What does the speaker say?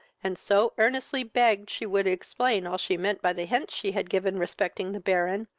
and so earnestly begged she would explain all she meant by the hints she had given respecting the baron,